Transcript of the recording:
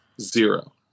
zero